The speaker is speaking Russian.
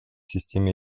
системе